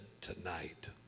tonight